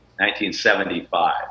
1975